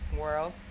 world